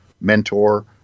mentor